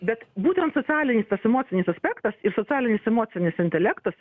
bet būtent socialinis tas emocinis aspektas ir socialinis emocinis intelektas